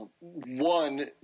One